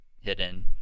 hidden